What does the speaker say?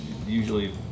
Usually